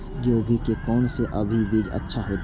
गोभी के कोन से अभी बीज अच्छा होते?